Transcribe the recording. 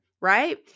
right